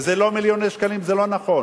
וזה לא מיליוני שקלים, זה לא נכון.